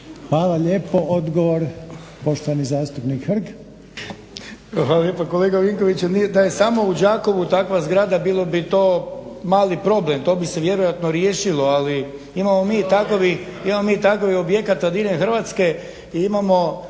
Hvala lijepo. Odgovor poštovani zastupnik Hrg. **Hrg, Branko (HSS)** Kolega Vinković, nije da je samo u Đakovu takva zgrada bilo bi to mali problem. To bi se vjerojatno riješilo, ali imamo mi takvih objekata diljem Hrvatske i imamo